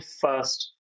first